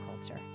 culture